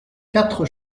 quatre